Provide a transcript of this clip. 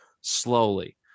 slowly